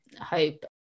hope